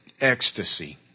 ecstasy